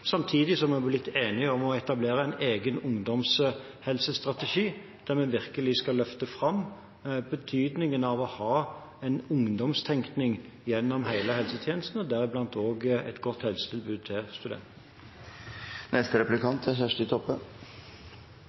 Samtidig har vi blitt enige om å etablere en egen ungdomshelsestrategi, der vi virkelig skal løfte fram betydningen av å ha en ungdomstenkning gjennom hele helsetjenesten, deriblant også et godt helsetilbud til